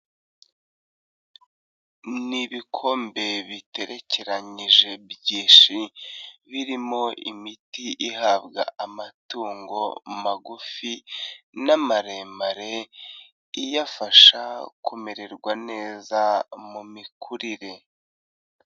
Ni ibikombe biterekeranyije byinshi birimo imiti ihabwa amatungo magufi n'amaremare iyafasha kumererwa neza mu mikurire.